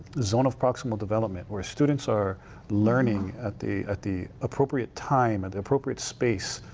zone of proximal development where students are learning at the at the appropriate time, and appropriate space,